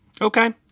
Okay